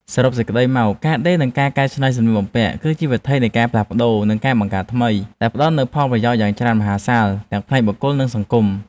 សរុបសេចក្ដីមក ការដេរ និងការកែច្នៃសម្លៀកបំពាក់ គឺជាវិថីនៃការផ្លាស់ប្តូរ និងការបង្កើតថ្មី ដែលផ្ដល់នូវផលប្រយោជន៍យ៉ាងមហាសាលទាំងផ្នែកបុគ្គល និងសង្គម។